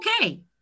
okay